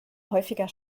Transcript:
häufiger